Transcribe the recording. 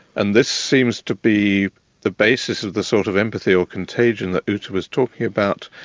and this seems to be the basis of the sort of empathy or contagion that uta was talking about.